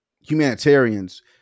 humanitarians